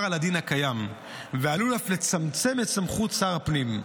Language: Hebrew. על הדין הקיים ועלול אף לצמצם את סמכות שר הפנים.